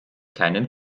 keinen